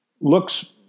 looks